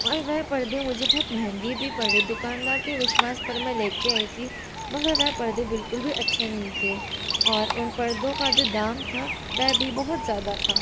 और वह पर्दे मुझे बहुत महंगे भी पड़े दुकानदार के विश्वास पर मैं लेके आई थी मगर वह पर्दे बिलकुल भी अच्छे नहीं थे और उन पर्दो का जो दाम था वह भी बहुत ज़्यादा था